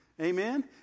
Amen